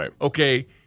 okay